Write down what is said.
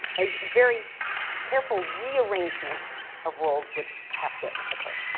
a very careful rearrangement of role would have to occur.